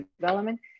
development